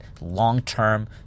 long-term